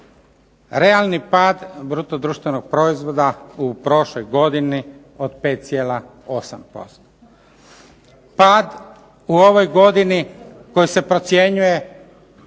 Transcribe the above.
Realni pad bruto društvenog proizvoda u prošloj godini od 5,8%, pad u ovoj godini koji se procjenjuje